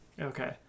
Okay